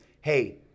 hey